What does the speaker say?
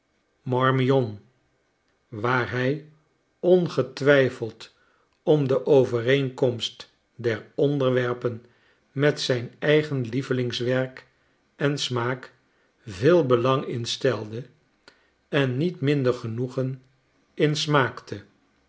marmion waar hij ongetwijfeld om de overeenkomst der onderwerpen met zijneigen lievelingswerk en smaak veel belanginstelde en niet minder genoegen in smaakte